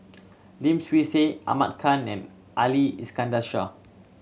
Lim Swee Say Ahmad Khan and Ali Iskandar Shah